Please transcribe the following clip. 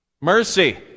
Mercy